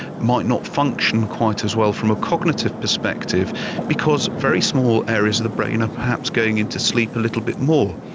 might not function quite as well from a cognitive perspective because very small areas of the brain are perhaps going into sleep a little bit more.